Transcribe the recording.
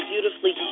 Beautifully